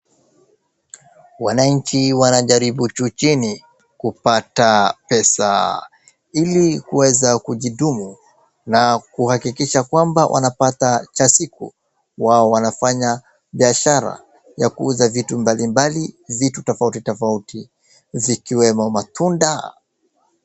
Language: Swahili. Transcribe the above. Wanainchi wanajaribu juu chini kupata pesa. Ili kuweza kujidumu na kukakikisha kwamba wanapata cha siku wao wanafanya biashara ya kuuza vitu mbalimbali vitu tofauti tofauti zikiwemo matunda.